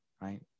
right